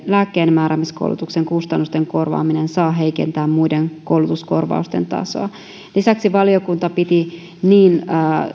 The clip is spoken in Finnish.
lääkkeenmääräämiskoulutuksen kustannusten korvaaminen saa heikentää muiden koulutuskorvausten tasoa lisäksi valiokunta piti niin